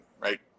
right